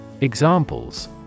Examples